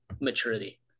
maturity